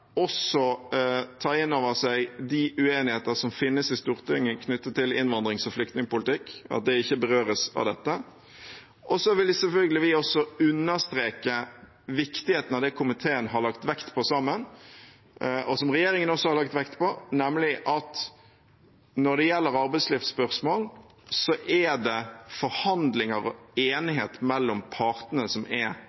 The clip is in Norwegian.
også å ta inn over seg de uenigheter som finnes i Stortinget knyttet til innvandrings- og flyktningpolitikk, og at det ikke berøres av dette. Så vil selvfølgelig også vi understreke viktigheten av det komiteen har lagt vekt på sammen, og som regjeringen også har lagt vekt på, nemlig at når det gjelder arbeidslivsspørsmål, er det forhandlinger og